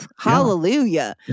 Hallelujah